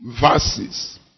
verses